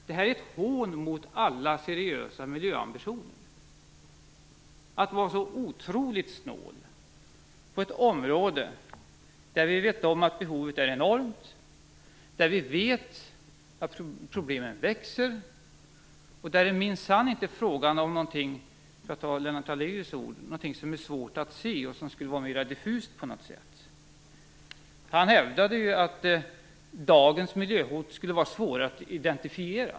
Det är ett hån mot alla seriösa miljöambitioner att vara så otroligt snål på ett område där vi vet att behovet är enormt, där vi vet att problemen växer och där det minsann inte är fråga om någonting - för att ta Lennart Daléus ord - som är svårt att se och som skulle vara mera diffust. Han hävdade att dagens miljöhot skulle vara svåra att identifiera.